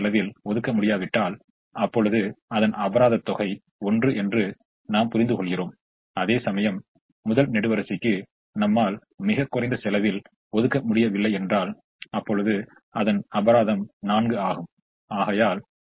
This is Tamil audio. எனவே ஒதுக்கப்படாத நான்கு நிலைகளும் ஏதாவது ஒன்றை அங்கு பொருத்துவது லாபகரமானது அல்ல என்பதை நம்மால் அறிந்துகொள்ள முடிகிறது எனவே தற்போதைய வழிமுறையின் மூலம் பெறப்படும் இந்த தீர்வு உண்மையிலே உகந்ததாக இருக்கும்